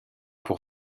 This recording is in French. pour